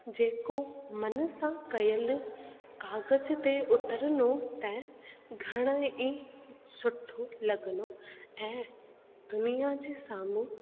जेको मन सां कयलु काग़ज़ ते उतरणो ऐं घणा ई सुठो लॻंदो ऐं दुनिया जे साम्हूं